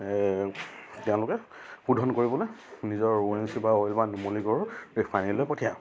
তেওঁলোকে সোধন কৰিবলৈ নিজৰ অ' এন জি চি বা অইল বা নুমলীগড় ৰিফাইনেৰীলৈ পঠিয়াই